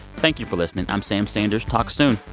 thank you for listening. i'm sam sanders. talk soon